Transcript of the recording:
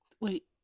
Wait